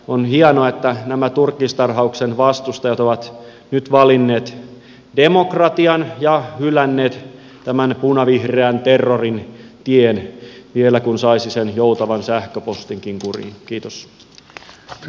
on hienoa että nämä turkistarhauksen vastustajat ovat nyt valinneet demokratian ja hylänneet tämän punavihreän terrorin tien vielä kun saisi sen joutavan sähköpostinkin kuriin